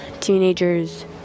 Teenagers